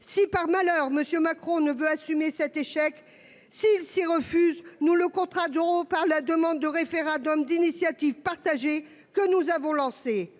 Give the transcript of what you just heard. Si, par malheur, M. Macron ne veut pas assumer cet échec, s'il s'y refuse, nous le contraindrons par la demande de référendum d'initiative partagée que nous avons lancée